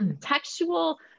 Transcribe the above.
textual